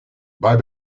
bei